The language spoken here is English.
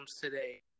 today